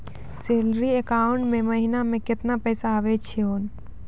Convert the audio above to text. Salary account मे महिना मे केतना पैसा आवै छौन?